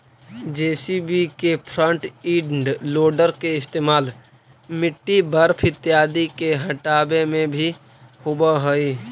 JCB के front end loader के इस्तेमाल मिट्टी, बर्फ इत्यादि के हँटावे में भी होवऽ हई